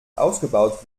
ausgebaut